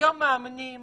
היום מאמנים